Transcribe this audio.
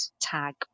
tag